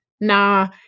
nah